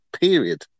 period